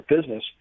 business